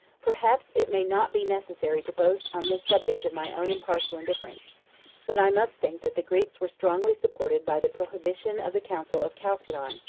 perhaps it may not be necessary to boast on this subject of my own impartial indifference but i must think that the greeks were strongly supported by the prohibition of the council of chalcedon,